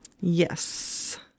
Yes